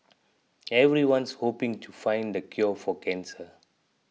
everyone's hoping to find the cure for cancer